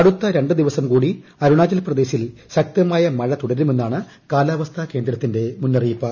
അടുത്ത രണ്ടു ദിവസം കൂടി അരുണാചലിൽ ശക്തമായ മഴ തുടരുമെന്നാണ് കാലാവസ്ഥ കേന്ദ്രത്തിന്റെ മുന്നറിയിപ്പ്